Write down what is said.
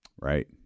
Right